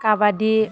काबादि